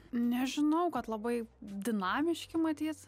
nežinojau kad labai dinamiški matyt